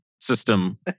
system